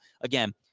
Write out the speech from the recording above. again